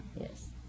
Yes